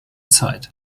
zeit